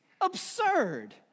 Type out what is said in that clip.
absurd